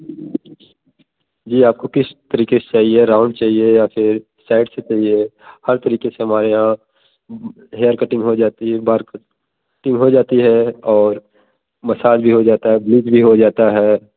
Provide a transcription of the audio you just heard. जी आपको किस तरीके से चाहिए राउंड चाहिए या फिर साइड से चाहिए हर तरीके से हमारे यहाँ हेयर कटिंग हो जाती है बाल कटिंग हो जाती है और मसाज भी हो जाता है ब्लीच भी हो जाता है